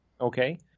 Okay